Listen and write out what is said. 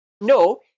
No